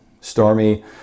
Stormy